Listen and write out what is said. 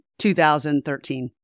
2013